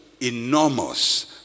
enormous